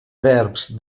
verbs